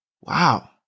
Wow